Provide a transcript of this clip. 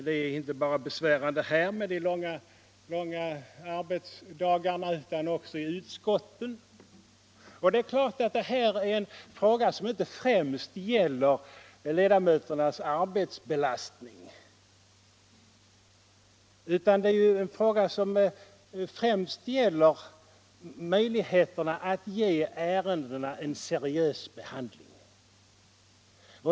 Det är inte bara besvärande här i kammaren med de långa arbetsdagarna, utan det gäller också arbetet i utskotten. Detta är en fråga som inte främst gäller ledamöternas arbetsbelastning, utan frågan gäller främst möjligheterna att ge ärendena en seriös behandling.